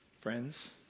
friends